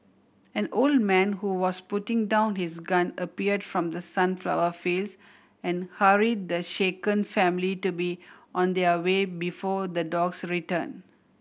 an old man who was putting down his gun appeared from the sunflower fields and hurry the shaken family to be on their way before the dogs return